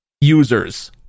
users